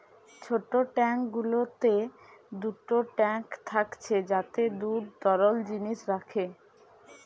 ছোট ট্যাঙ্ক গুলোতে দুটো ট্যাঙ্ক থাকছে যাতে দুধ তরল জিনিস রাখে